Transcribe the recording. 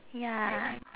ya